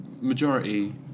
majority